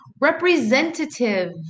Representative